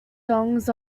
songs